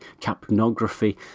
capnography